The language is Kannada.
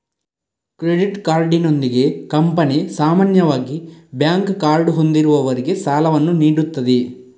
ಕ್ರೆಡಿಟ್ ಕಾರ್ಡಿನೊಂದಿಗೆ ಕಂಪನಿ ಸಾಮಾನ್ಯವಾಗಿ ಬ್ಯಾಂಕ್ ಕಾರ್ಡು ಹೊಂದಿರುವವರಿಗೆ ಸಾಲವನ್ನು ನೀಡುತ್ತದೆ